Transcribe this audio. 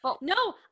No